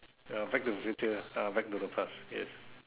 ya back to the future ah back to the past yes